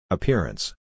Appearance